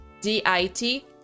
d-I-T